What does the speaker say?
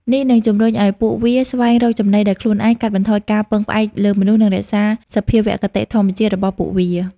នេះនឹងជំរុញឱ្យពួកវាស្វែងរកចំណីដោយខ្លួនឯង កាត់បន្ថយការពឹងផ្អែកលើមនុស្ស និងរក្សាសភាវគតិធម្មជាតិរបស់ពួកវា។